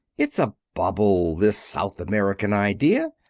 it's a bubble, this south american idea.